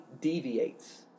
deviates